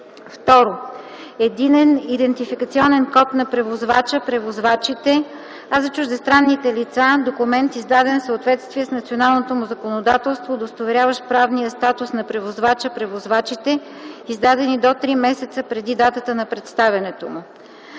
му; 2. единен идентификационен код на превозвача/превозвачите, а за чуждестранните лица – документ, издаден в съответствие с националното му законодателство, удостоверяващ правния статус на превозвача/превозвачите, издадени до 3 месеца преди датата на представянето му;